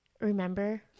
remember